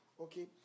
Okay